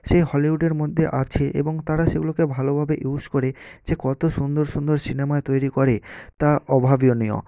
সেই হলিউডের মধ্যে আছে এবং তারা সেগুলোকে ভালোভাবে ইউজ করে যে কত সুন্দর সুন্দর সিনেমা তৈরি করে তা অভাবনীয়